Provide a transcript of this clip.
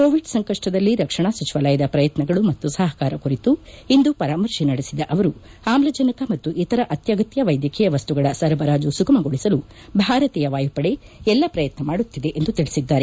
Covid ಸಂಕಷ್ಷದಲ್ಲಿ ರಕ್ಷಣಾ ಸಚಿವಾಲಯದ ಪ್ರಯತ್ನಗಳು ಮತ್ತು ಸಹಕಾರ ಕುರಿತು ಇಂದು ಪರಾಮರ್ಶೆ ನಡೆಸಿದ ಅವರು ಆಮ್ಲಜನಕ ಮತ್ತು ಇತರ ಅತ್ಯಗತ್ತ ವೈದ್ಯಕೀಯ ವಸ್ತುಗಳ ಸರಬರಾಜು ಸುಗಮಗೊಳಿಸಲು ಭಾರತೀಯ ವಾಯುಪಡೆ ಎಲ್ಲ ಪ್ರಯತ್ನ ಮಾಡುತ್ತಿದೆ ಎಂದು ತಿಳಿಸಿದ್ದಾರೆ